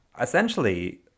essentially